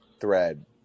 thread